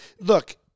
Look